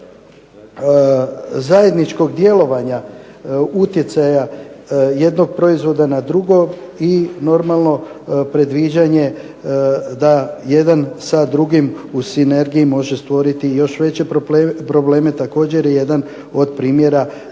zajedničkog djelovanja utjecaja jednog proizvoda na drugo i normalno predviđanje da jedan sa drugim u sinergiji može stvoriti još veće probleme također je jedan od primjera